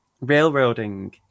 railroading